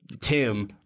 Tim